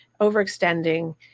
overextending